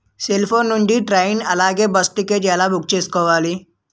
Cell phone నుండి train అలాగే bus ticket ఎలా బుక్ చేసుకోవాలి?